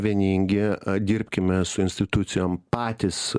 vieningi dirbkime su institucijom patys